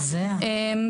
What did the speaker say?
הזיה.